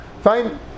Fine